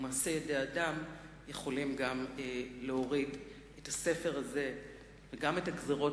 ומעשי ידי אדם יכולים גם להוריד את הספר הזה וגם את הגזירות